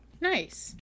nice